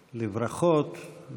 לברכות,